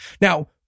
Now